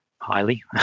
highly